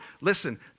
Listen